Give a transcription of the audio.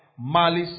malice